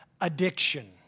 addiction